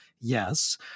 yes